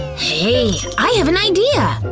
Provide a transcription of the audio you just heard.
hey, i have an idea,